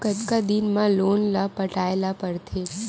कतका दिन मा लोन ला पटाय ला पढ़ते?